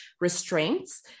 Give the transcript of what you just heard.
restraints